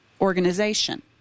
organization